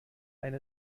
ein